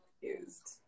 Confused